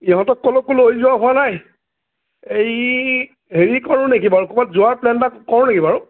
ইহঁতক কলৈকো লৈ যোৱা হোৱা নাই এই হেৰি কৰোঁ নেকি বাৰু ক'ৰবাত যোৱাৰ প্লেন এটা কৰোঁ নেকি বাৰু